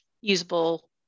usable